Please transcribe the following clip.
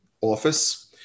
office